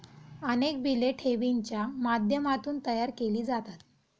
अनेक बिले ठेवींच्या माध्यमातून तयार केली जातात